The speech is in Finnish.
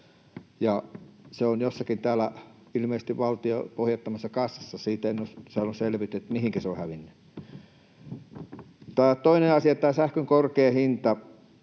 Se on ilmeisesti jossakin valtion pohjattomassa kassassa. Siitä en ole saanut selvyyttä, mihinkä se on hävinnyt. Toinen asia on tämä sähkön korkea hinta,